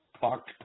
fuck